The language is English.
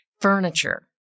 furniture